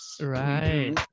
Right